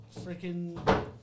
freaking